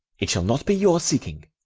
it shall not be your seeking.